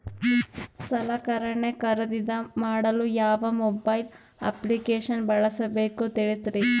ಸಲಕರಣೆ ಖರದಿದ ಮಾಡಲು ಯಾವ ಮೊಬೈಲ್ ಅಪ್ಲಿಕೇಶನ್ ಬಳಸಬೇಕ ತಿಲ್ಸರಿ?